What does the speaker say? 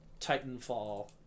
Titanfall